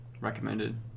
Recommended